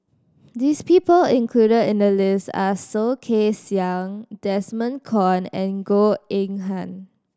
this people included in the list are Soh Kay Siang Desmond Kon and Goh Eng Han